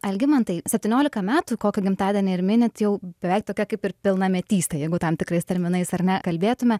algimantai septyniolika metų kokį gimtadienį ir minit jau beveik tokia kaip ir pilnametystė jeigu tam tikrais terminais ar ne kalbėtume